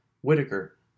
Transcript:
Whitaker